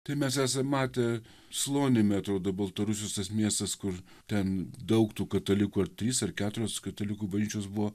tai mes esam matę slonime atrodo baltarusijos tas miestas kur ten daug tų katalikų ar trys ar keturios katalikų bažnyčios buvo